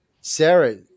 Sarah